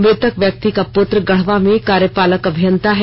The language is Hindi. मृतक व्यक्ति का पूत्र गढ़वा में कार्यपालक अभियंता है